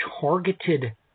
targeted